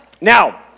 Now